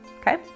Okay